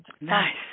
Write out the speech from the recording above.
nice